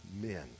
men